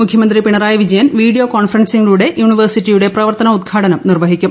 മുഖ്യമന്ത്രി പിണറായി വിജയൻ വീഡിയോ കോൺഫറൻസിലൂടെ യൂണിവേഴ്സിറ്റിയുടെ പ്രവർത്തനോദ്ഘാടനം നിർവഹിക്കും